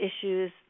issues